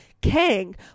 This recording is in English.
Kang